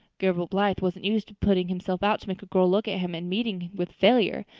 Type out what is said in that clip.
gilbert blythe wasn't used to putting himself out to make a girl look at him and meeting with failure.